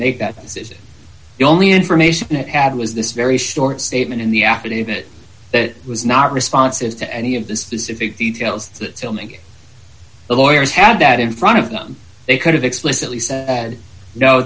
make that decision the only information it had was this very short statement in the affidavit that was not responsive to any of the specific details that still make the lawyers had that in front of them they could have explicitly said no